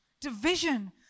Division